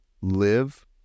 live